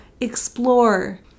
explore